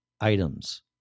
items